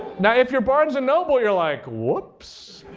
now, if your barnes and noble you're like, whoops.